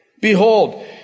Behold